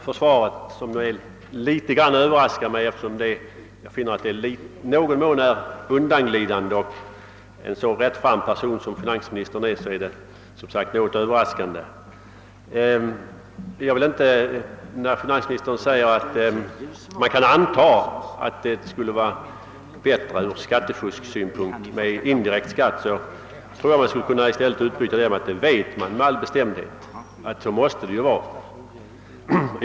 Herr talman! Jag tackar för svaret, som jag finner i någon mån undanglidande, vilket överraskar mig litet eftersom det kommer från en så rättfram person som finansministern. Finansministern säger att man kan anta att det skulle vara bättre ur skattefusksynpunkt med indirekt skatt. Jag anser att man i stället skulle kunna säga att det med all bestämdhet måste vara så.